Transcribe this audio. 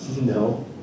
No